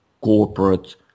corporate